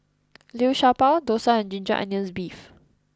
Liu Sha Bao Dosa and Ginger Onions Beef